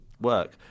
work